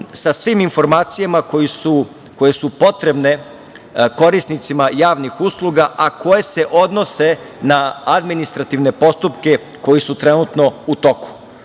sa svim informacijama koje su potrebne korisnicima javnih usluga, a koje se odnose na administrativne postupke koji su trenutno u toku.